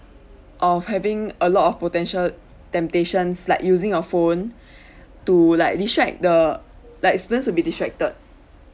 of having a lot of potential temptations like using a phone to like distract the like students to be distracted